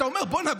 אתה אומר: בוא'נה,